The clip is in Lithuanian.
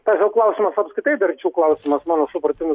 nežinau klausimas apskritai klausimas mano supratimu